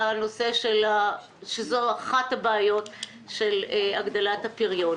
שזו אחת הבעיות של הגדלת הפריון.